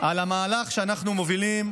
במהלך שאנחנו מובילים